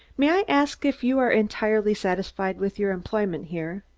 may i ask if you are entirely satisfied with your employment here?